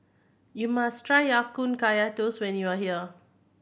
you must try Ya Kun Kaya Toast when you are here